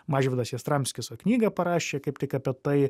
mažvydas jastramskis va knygą parašė kaip tik apie tai